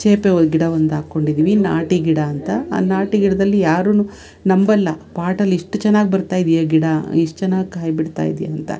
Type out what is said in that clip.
ಸೀಬೆ ಒಂದು ಗಿಡ ಒಂದು ಹಾಕ್ಕೊಂಡಿದ್ದೀವಿ ನಾಟಿ ಗಿಡ ಅಂತ ಆ ನಾಟಿ ಗಿಡದಲ್ಲಿ ಯಾರೂ ನಂಬೊಲ್ಲ ಪಾಟಲ್ಲಿ ಇಷ್ಟು ಚೆನ್ನಾಗಿ ಬರ್ತಾ ಇದೆಯಾ ಗಿಡ ಇಷ್ಟು ಚೆನ್ನಾಗಿ ಕಾಯಿ ಬಿಡ್ತಾ ಇದೆಯಾ ಅಂತ